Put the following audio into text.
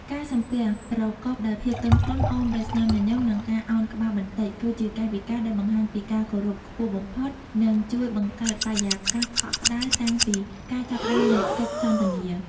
ការ"សំពះ" ប្រកបដោយភាពទន់ភ្លន់ អមដោយស្នាមញញឹម និងការអោនក្បាលបន្តិច គឺជាកាយវិការដែលបង្ហាញពីការគោរពខ្ពស់បំផុត និងជួយបង្កើតបរិយាកាសកក់ក្ដៅតាំងពីការចាប់ផ្ដើមនៃកិច្ចសន្ទនា។